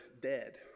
dead